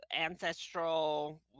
ancestral